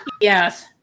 Yes